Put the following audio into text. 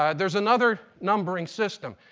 ah there's another numbering system.